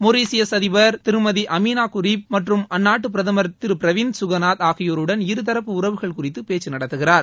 Mauritius அதிபர் திருமதி Ameenah Gurib மற்றும் அந்நாட்டு பிரதமர் திரு பிரவிந்த் குகநாத் ஆகியோருடன் இருதரப்பு உறவுகள் குறித்து பேச்சு நடத்துகிறார்